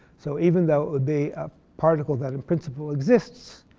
so even though it would be a particle that, in principle, exists,